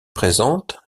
présente